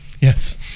Yes